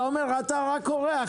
אתה אומר שאתה כאן רק אורח.